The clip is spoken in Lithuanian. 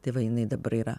tai va jinai dabar yra